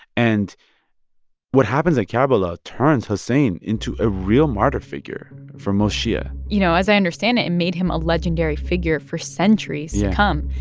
and what happens at karbala turns hussain into a real martyr figure for most shia you know, as i understand it, it and made him a legendary figure for centuries to come.